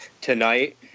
tonight